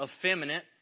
effeminate